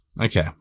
Okay